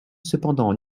cependant